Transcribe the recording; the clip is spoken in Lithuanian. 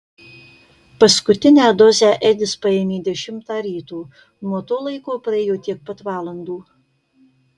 paskutinę dozę edis paėmė dešimtą ryto nuo to laiko praėjo tiek pat valandų